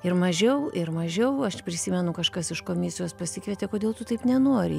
ir mažiau ir mažiau aš prisimenu kažkas iš komisijos pasikvietė kodėl tu taip nenori